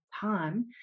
time